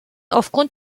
aufgrund